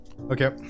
Okay